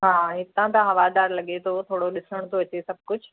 हा हितां त हवादार लॻे थो थोरो ॾिसणु थो अचे सभु कुझु